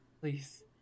Please